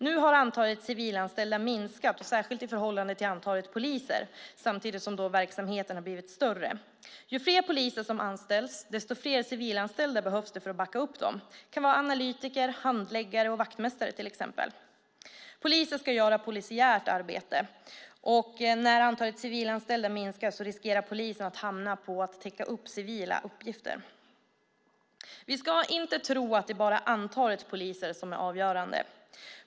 Nu har antalet civilanställda minskats, särskilt i förhållande till antalet poliser, samtidigt som verksamheten blivit större. Ju fler poliser som anställs, desto fler civilanställda behövs för att backa upp dem. Det kan vara analytiker, handläggare och vaktmästare, till exempel. Poliser ska göra polisiärt arbete. När antalet civilanställda minskar riskerar poliser att hamna på att täcka upp civila uppgifter. Vi ska inte tro att det bara är antalet poliser som är avgörande.